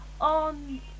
on